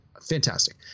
fantastic